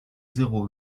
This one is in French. zéro